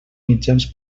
mitjans